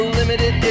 limited